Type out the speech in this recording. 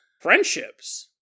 friendships